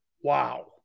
Wow